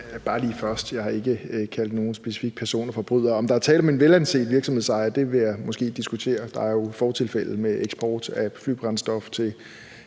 bare lige først sige: Jeg har ikke kaldt nogen specifikke personer for forbrydere. Om der er tale om en velanset virksomhedsejer, vil jeg måske diskutere; der er jo fortilfælde med eksport af flybrændstof til